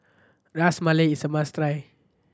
Ras Malai is a must try